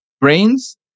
brains